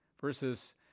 versus